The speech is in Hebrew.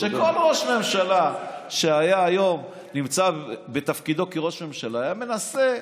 שכל ראש ממשלה שהיה היום נמצא בתפקידו כראש ממשלה היה מנסה,